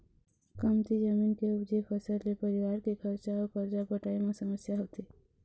कमती जमीन के उपजे फसल ले परिवार के खरचा अउ करजा पटाए म समस्या होथे